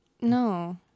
No